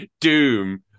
doom